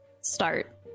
start